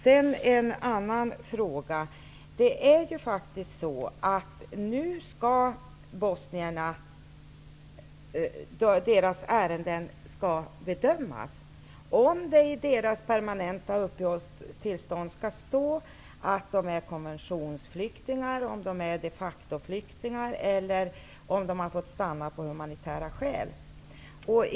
En annan fråga handlar om att bosniernas ärenden nu skall bedömas. Det skall avgöras om det i deras permanenta uppehållstillstånd skall stå att de är konventionsflyktingar, de facto-flyktingar eller om de har fått stanna av humanitära skäl.